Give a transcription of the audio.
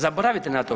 Zaboravite na to.